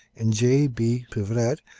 and j. b. peuvret,